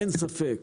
אין ספק,